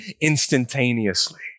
instantaneously